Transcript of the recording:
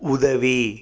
உதவி